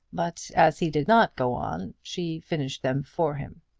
but as he did not go on, she finished them for him.